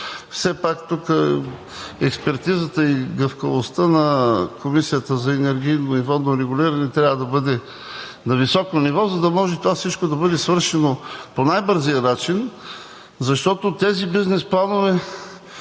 все пак тук експертизата и гъвкавостта на Комисията за енергийно и водно регулиране трябва да бъде на високо ниво, за да може това всичко да бъде свършено по най-бързия начин. Защото тези бизнес планове